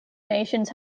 nations